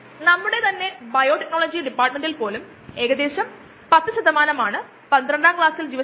അത്തരം റിയാക്ടറുകളിൽ പലതും സ്റ്റിർഡ് ടാങ്ക് എയർ ലിഫ്റ്റ് അതുപോലെ നമ്മൾ കണ്ട റിയാക്ടറുകളുടെ മറ്റ് തരങ്ങളും പാക്കഡ് ബെഡ് ഫ്ലൂയിഡിസ്ഡ് ബെഡ് തുടങ്ങിയവ